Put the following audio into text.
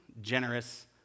generous